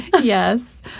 Yes